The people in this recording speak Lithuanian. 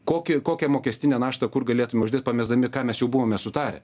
kokį kokią mokestinę naštą kur galėtum uždėti pamesdami ką mes jau buvome sutarę